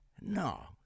no